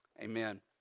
Amen